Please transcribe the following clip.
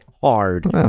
hard